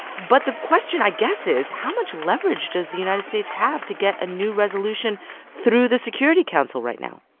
but the question, i guess, is, how much leverage does the united states have to get a new resolution through the security council right now?